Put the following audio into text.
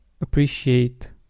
appreciate